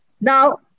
Now